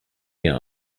mir